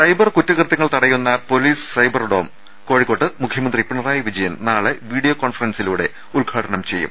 cyber കുറ്റ കൃതൃങ്ങൾ തടയുന്ന പൊലീസ് സൈബർഡോം കോഴിക്കോട്ട് മുഖ്യമന്ത്രി പിണറായി വിജയൻ നാളെ വീഡിയോ കോൺഫറൻസിലൂടെ ഉദ്ഘാടനം ചെയ്യും